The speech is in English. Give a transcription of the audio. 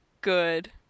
good